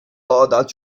that